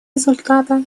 результата